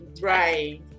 right